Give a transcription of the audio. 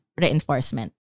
reinforcement